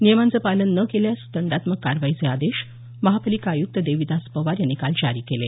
नियमाचं पालन न केल्यास दंडात्मक कारवाईचे आदेश महापालिका आयुक्त देविदास पवार यांनी काल जारी केले